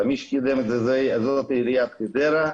מי שקידם את זה, זאת עיריית חדרה,